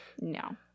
No